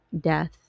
death